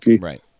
Right